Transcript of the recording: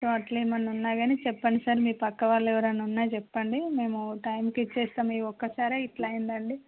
so అట్లేమన్నా ఉన్నాగానీ చెప్పండి సార్ మీ పక్క వాళ్ళు ఎవరైనా ఉన్నా గానీ చెప్పండి సార్ మేము టైమ్కి ఇచ్చేస్తాము ఈ ఒక్కసారి ఇట్లా అయిందండి